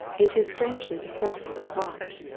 it is strangely distressing to watch.